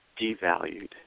devalued